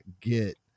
get